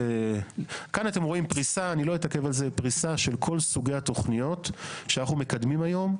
כאן אתם רואים פריסה של כל סוגי התוכניות שאנחנו מקדמים היום.